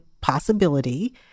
possibility